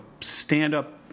stand-up